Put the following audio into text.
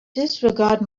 disregard